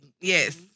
Yes